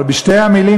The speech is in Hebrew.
אבל בשתי המילים,